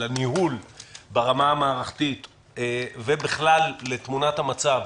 לניהול ברמה המערכתית ובכלל לתמונת המצב